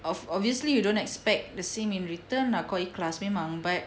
ob~ obviously you don't expect the same in return lah kau ikhlas memang but